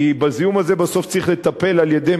כי בזיהום הזה בסוף צריך לטפל על-ידי